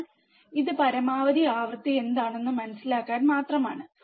എന്നാൽ ഇത് പരമാവധി ആവൃത്തി എന്താണെന്ന് മനസിലാക്കാൻ മാത്രമാണ്